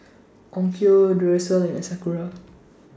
Onkyo Duracell and in Sakura